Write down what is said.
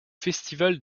festival